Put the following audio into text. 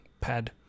pad